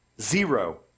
Zero